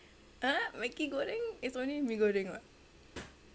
ah maggi goreng is only mee goreng [what]